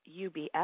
ubs